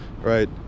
right